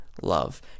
Love